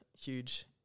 huge